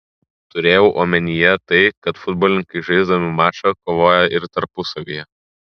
turėjau omenyje tai kad futbolininkai žaisdami mačą kovoja ir tarpusavyje